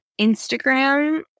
instagram